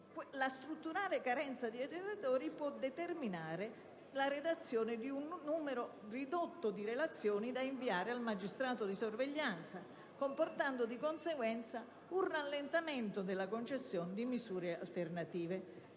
La strutturale carenza di educatori può determinare la redazione di un numero ridotto di relazioni da inviare al magistrato di sorveglianza, comportando di conseguenza un rallentamento della concessione di misure alternative.